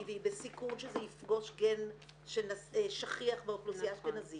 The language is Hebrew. והיא בסיכון שזה יפגוש גן ששכיח באוכלוסייה אשכנזית,